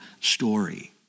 story